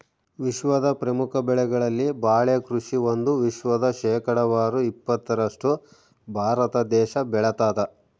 ವಿಶ್ವದ ಪ್ರಮುಖ ಬೆಳೆಗಳಲ್ಲಿ ಬಾಳೆ ಕೃಷಿ ಒಂದು ವಿಶ್ವದ ಶೇಕಡಾವಾರು ಇಪ್ಪತ್ತರಷ್ಟು ಭಾರತ ದೇಶ ಬೆಳತಾದ